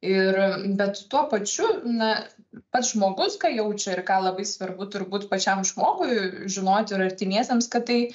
ir bet tuo pačiu na pats žmogus ką jaučia ir ką labai svarbu turbūt pačiam žmogui žinoti ir artimiesiems kad tai